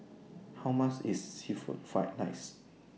How much IS Seafood Fried Rice